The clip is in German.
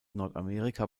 nordamerika